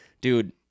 dude